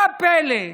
מה הפלא,